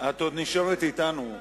את עוד נשארת אתנו.